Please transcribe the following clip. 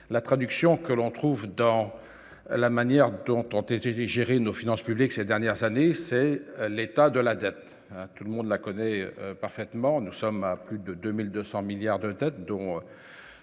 la traduction que l'on trouve dans la manière de dont TGV gérer nos finances publiques ces dernières années, c'est l'état de la dette, tout le monde la connaît parfaitement, nous sommes à plus de 2200 milliards de tonnes